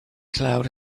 cloud